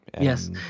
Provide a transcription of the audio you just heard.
yes